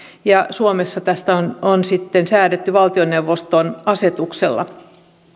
ja suomessa tästä on on sitten säädetty valtioneuvoston asetuksella